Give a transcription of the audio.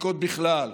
הבדיקות בכלל,